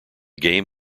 game